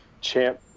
Champ